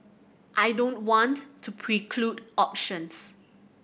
I don't want to preclude options